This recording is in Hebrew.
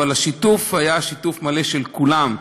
אבל השיתוף היה שיתוף מלא של כולם.